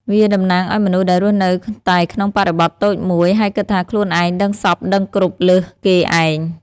វាតំណាងឱ្យមនុស្សដែលរស់នៅតែក្នុងបរិបទតូចមួយ ហើយគិតថាខ្លួនឯងដឹងសព្វដឹងគ្រប់លើសគេឯង។